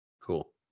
cool